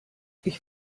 ich